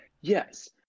Yes